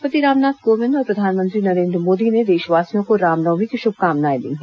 राष्ट्रपति रामनाथ कोविंद और प्रधानमंत्री नरेन्द्र मोदी ने देशवावासियों को रामनवमी की शुभकामनाएं दी हैं